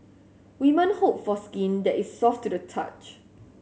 woman hope for skin that is soft to the touch